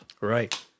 Right